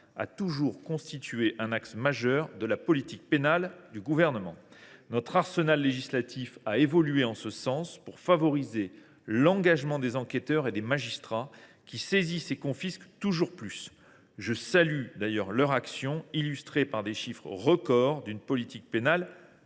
a toujours constitué un axe majeur de la politique pénale du Gouvernement. Notre arsenal législatif a évolué en ce sens pour favoriser l’engagement des enquêteurs et des magistrats, qui saisissent et confisquent toujours plus. Je salue leur action qu’illustrent les chiffres records d’une politique pénale